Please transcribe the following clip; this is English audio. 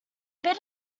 bit